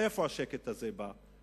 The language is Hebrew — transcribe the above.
מאיפה השקט הזה בא?